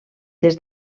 des